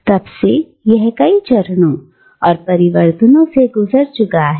और तब से यह कई चरणों और परिवर्तनों से गुजर चुका है